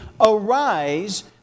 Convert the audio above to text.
Arise